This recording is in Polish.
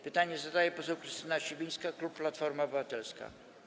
Pytanie zadaje poseł Krystyna Sibińska, klub Platforma Obywatelska.